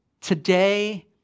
Today